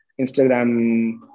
Instagram